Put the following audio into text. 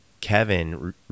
Kevin